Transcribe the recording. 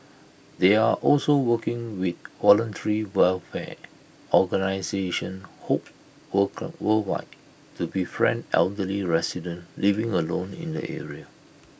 they are also working with voluntary welfare organisation hope work worldwide to befriend elderly residents living alone in the area